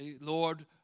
Lord